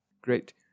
Great